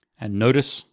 and notice,